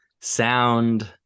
sound